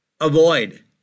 avoid